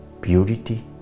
purity